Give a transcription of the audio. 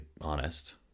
honest